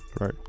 Right